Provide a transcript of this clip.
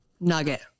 nugget